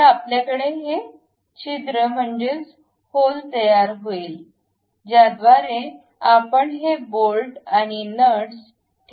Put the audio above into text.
तर आपल्याकडे हे छिद्र म्हणजेच हॉल तयार होतील ज्याद्वारे आपण हे बोल्ट आणि नट्स ठेवू शकतो